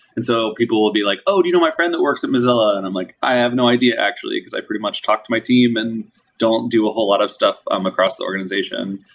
and so people would be like, oh, do you know my friend that works at mozilla, and i'm like, i have no idea actually, because i pretty much talk to my team and don't do a whole lot of stuff come um across the organization.